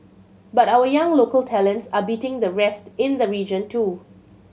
but our young local talents are beating the rest in the region too